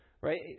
right